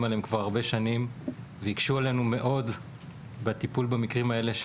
עליהן כבר הרבה שנים והקשו עלינו מאוד בטיפול במקרים האלה.